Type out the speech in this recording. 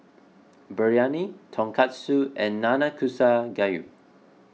Biryani Tonkatsu and Nanakusa Gayu